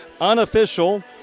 Unofficial